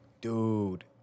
dude